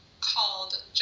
called